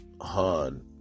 hard